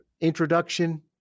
introduction